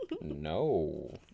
No